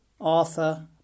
Arthur